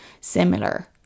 similar